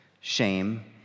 shame